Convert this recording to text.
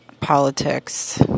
politics